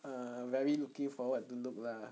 err very looking forward to look lah